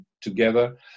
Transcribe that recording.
together